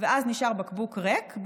ואז נשאר בקבוק ריק,